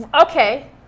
Okay